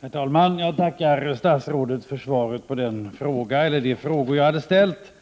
Herr talman! Jag tackar statsrådet för svaret på de frågor jag hade ställt